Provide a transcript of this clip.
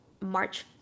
March